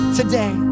today